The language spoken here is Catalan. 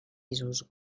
pisos